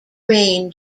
rain